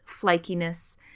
flakiness